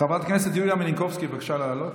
חברת הכנסת יוליה מלינובסקי, בבקשה לעלות.